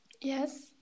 Yes